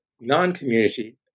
non-community